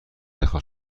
اخراج